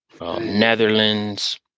Netherlands